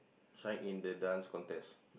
sign in the Dance Contest